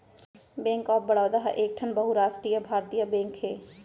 bank of Baroda ह एकठन बहुरास्टीय भारतीय बेंक हे